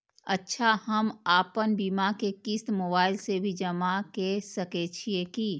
अच्छा हम आपन बीमा के क़िस्त मोबाइल से भी जमा के सकै छीयै की?